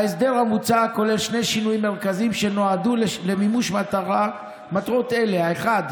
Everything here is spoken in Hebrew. ההסדר המוצע כולל שני שינויים מרכזיים שנועדו למימוש מטרות אלה: האחד,